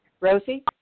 Rosie